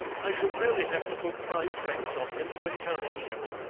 i shall really have to put five francs on him to encourage him